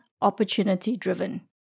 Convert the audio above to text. opportunity-driven